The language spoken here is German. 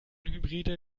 hybride